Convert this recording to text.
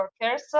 workers